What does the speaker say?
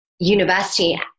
university